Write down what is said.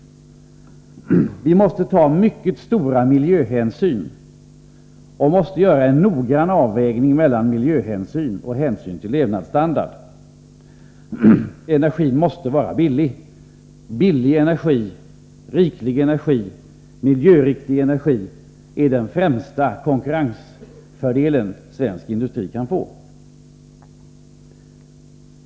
Vi måste ta mycket stora miljöhänsyn och göra en noggrann avvägning mellan miljöhänsynen och hänsynen till levnadsstandarden. Energin måste också vara billig. En riklig tillgång till billig och miljöriktig energi är den främsta konkurrensfördel svensk industri kan få.